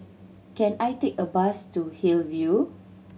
can I take a bus to Hillview